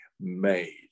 made